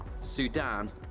Sudan